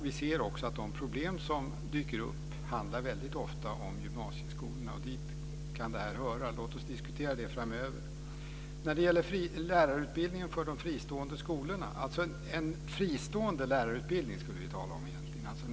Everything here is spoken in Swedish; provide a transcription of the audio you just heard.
Vi ser också att de problem som dyker upp väldigt ofta handlar om gymnasieskolorna, och dit kan den här frågan höra. Låt oss diskutera det framöver. När det gäller lärarutbildningen för de fristående skolorna skulle vi tala om en fristående lärarutbildning.